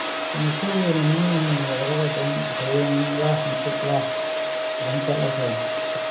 ꯉꯁꯤ ꯅꯤꯅꯤ ꯍꯨꯝꯅꯤ ꯂꯩꯔꯒ ꯑꯗꯨꯝ ꯍꯌꯦꯡꯂ ꯍꯥꯡꯆꯤꯠꯂ ꯑꯗꯨꯝ ꯆꯠꯂꯁꯦ